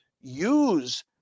use